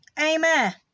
Amen